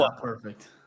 perfect